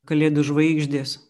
kalėdų žvaigždės